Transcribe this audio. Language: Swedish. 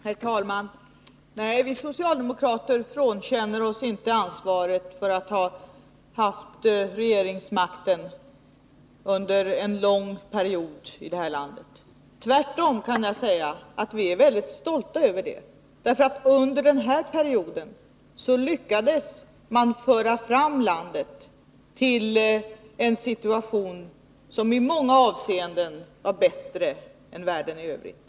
Herr talman! Nej, vi socialdemokrater frånkänner oss inte ansvaret för att ha haft regeringsmakten under en lång period i det här landet. Tvärtom kan jag säga att vi är väldigt stolta över det, därför att under den perioden lyckades man föra fram landet till en situation som i många avseenden var bättre än i världen i övrigt.